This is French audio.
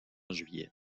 juillet